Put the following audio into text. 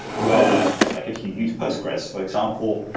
where like if you use postgres, for example,